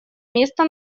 места